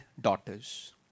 daughters